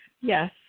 yes